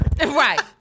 Right